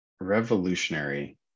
revolutionary